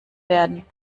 werden